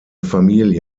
familie